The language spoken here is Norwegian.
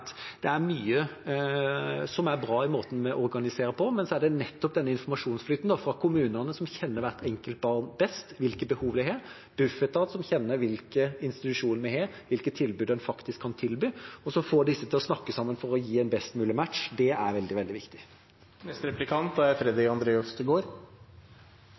er det nettopp denne informasjonsflyten fra kommunene, som best kjenner hvert enkelt barn best og hvilke behov de har, og til Bufetat, som kjenner hvilke institusjoner vi har og hvilke tilbud en faktisk kan gi. Å få disse til å snakke sammen for å gi en best mulig match er veldig, veldig